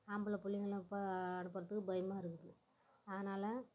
ஆம்பளை பிள்ளைங்களும் இப்போ அனுப்புகிறத்துக்கு பயமாக இருக்குது அதனால்